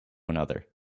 another